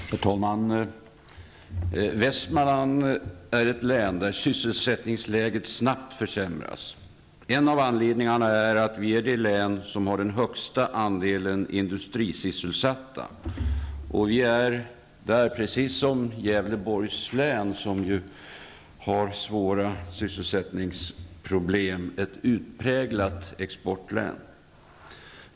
Herr talman! Västmanland är ett län där sysselsättningsläget snabbt försämras. En av anledningarna är att Västmanland är det län som har den högsta andelen industrisysselsatta. Länet är, precis som Gävleborgs län, ett annat län med svåra sysselsättningsproblem, ett utpräglat exportlän.